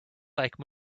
like